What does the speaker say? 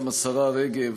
גם השרה רגב